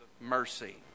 mercy